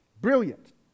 Brilliant